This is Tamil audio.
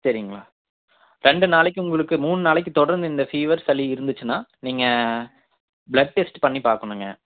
சரிங்களா ரெண்டு நாளைக்கு உங்களுக்கு மூணு நாளைக்கு தொடர்ந்து இந்த பீவர் சளி இருந்துச்சுன்னா நீங்கள் பிளட் டெஸ்ட் பண்ணி பார்க்கணும்ங்க